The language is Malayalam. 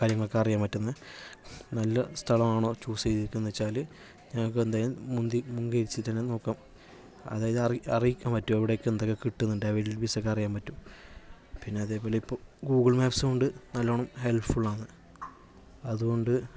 കാര്യങ്ങളൊക്കെ അറിയാൻ പറ്റുന്നത് നല്ല സ്ഥലമാണോ ചൂസ് ചെയ്തേക്കുന്നതെന്ന് വെച്ചാല് ഞങ്ങൾക്ക് എന്തായാലും മുൻപിൽ മുൻപിൽ വെച്ച് തന്നെ നോക്കാം അതായത് അറി അറിയിക്കാൻ പറ്റുവൊ എവിടെയൊക്കെ എന്തൊക്കെ കിട്ടുന്നുണ്ട് അവൈലബിലിറ്റീസൊക്കെ അറിയാം പറ്റും പിന്നെ അതേപോലെ ഇപ്പോൾ ഗൂഗിൾ മാപ്സും ഉണ്ട് നല്ലവണ്ണം ഹെൽപ്ഫുൾ ആണ് അതുകൊണ്ട്